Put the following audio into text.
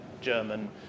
German